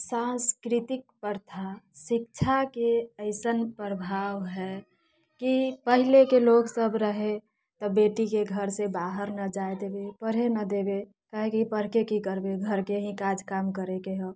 सांस्कृतिक प्रथा शिक्षाके अइसन प्रभाव हय कि पहिलेके लोग सब रहे तऽ बेटीके घर से बाहर नहि जाय देबे पढ़े नहि देबे कहेकि पढ़के की करबे घरके ही काज काम करेके हो